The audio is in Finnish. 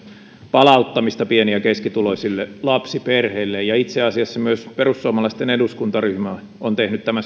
palauttamista pieni ja keskituloisille lapsiperheille ja itse asiassa myös perussuomalaisten eduskuntaryhmä on tehnyt tänä